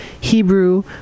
Hebrew